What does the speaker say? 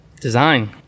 Design